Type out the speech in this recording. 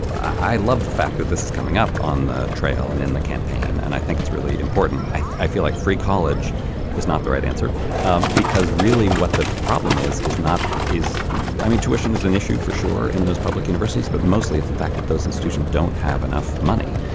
i love the fact that this is coming up on the trail and in the campaign. and i think it's really important. i i feel like free college is not the right answer um because really what the problem is is not is i mean tuition is an issue for sure in those public universities but mostly it's the fact that those institutions don't have enough money.